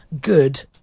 good